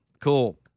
cool